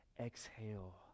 Exhale